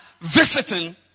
visiting